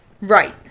Right